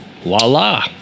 voila